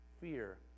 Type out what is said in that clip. fear